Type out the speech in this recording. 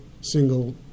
single